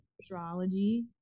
astrology